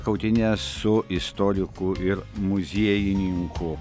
kautynes su istoriku ir muziejininku